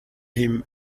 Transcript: him